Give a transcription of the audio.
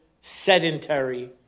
sedentary